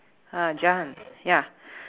uh I'm jen ya